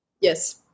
yes